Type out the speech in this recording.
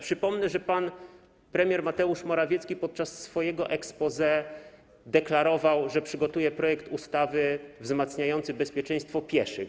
Przypomnę, że pan premier Mateusz Morawiecki podczas swojego exposé deklarował, że przygotuje projekt ustawy wzmacniający bezpieczeństwo pieszych.